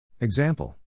Example